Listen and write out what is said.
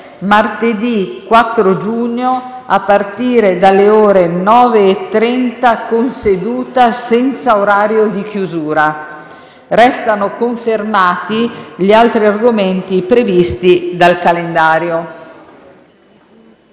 martedì 4 giugno, a partire dalle ore 9,30, con seduta senza orario di chiusura. Restano confermati gli altri argomenti previsti dal calendario.